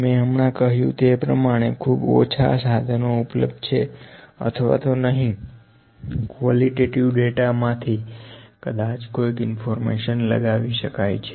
મે હમણાં કહ્યું તે પ્રમાણેખૂબ ઓછા સાધનો ઉપલબ્ધ છે અથવા નહિ કવોલીટેટીવ ડેટા માંથી કદાચ કોઈક ઇન્ફોર્મેશન લગાવી શકાય છે